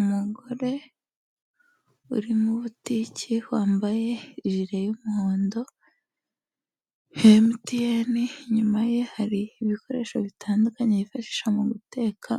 Umugore uri muri butike, wambaye ijire y'umuhondo ya MTN, inyuma ye hari ibikoresho bitandukanye yifashisha mu guteka,